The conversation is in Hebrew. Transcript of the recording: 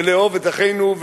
ולאהוב את אחינו,